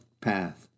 path